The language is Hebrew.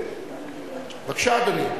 בבקשה, אדוני.